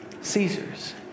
Caesar's